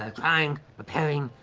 ah drying, preparing,